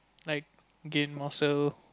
like gain muscle